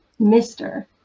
Mr